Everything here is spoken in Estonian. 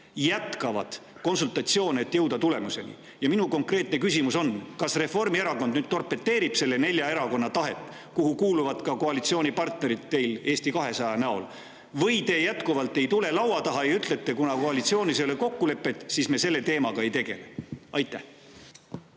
jätkavad konsultatsioone, et jõuda tulemuseni. Minu konkreetne küsimus on, kas Reformierakond torpedeerib nende nelja erakonna tahet, kelle hulka kuulub ka koalitsioonipartner Eesti 200, või te jätkuvalt ei tule laua taha ja ütlete, et kuna koalitsioonis ei ole kokkulepet, siis te selle teemaga ei tegele. Aitäh,